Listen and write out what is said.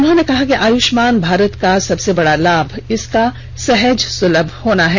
उन्होंने कहा कि आयुष्मान भारत का सबसे बड़ा लाभ इसका सहज सुलम होना है